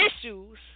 issues